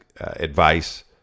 advice